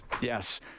Yes